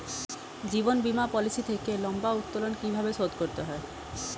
জীবন বীমা পলিসি থেকে লম্বা উত্তোলন কিভাবে শোধ করতে হয়?